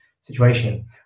situation